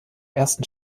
ersten